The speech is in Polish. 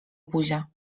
buzia